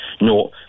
No